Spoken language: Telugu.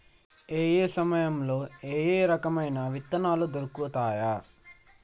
ఏయే సమయాల్లో ఏయే రకమైన విత్తనాలు దొరుకుతాయి?